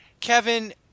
Kevin